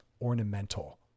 ornamental